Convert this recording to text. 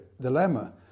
dilemma